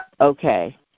Okay